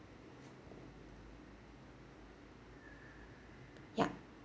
ya